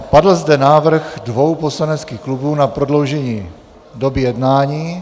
Padl zde návrh dvou poslaneckých klubů na prodloužení doby jednání.